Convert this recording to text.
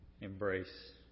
embrace